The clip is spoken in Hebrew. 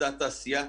אותה תעשייה,